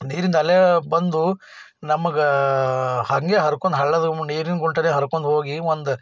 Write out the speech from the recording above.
ನೀರಿಂದ ಅಲೆ ಬಂದು ನಮ್ಗೆ ಹಂಗೆ ಹರ್ಕೊಂಡು ಹಳ್ಳದಾಗ ನೀರಿನ ಗುಂಟದಾಗೆ ಹರ್ಕೊಂಡು ಹೋಗಿ ಒಂದು